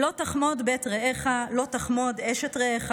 "לא תחמֹד בית רעך לא תחמֹד אשת רעך